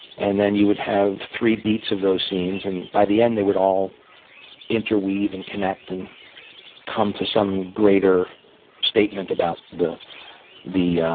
and then you would have three beats of those scenes. and by the end, they would all interweave and connect, and come to some greater statement about the the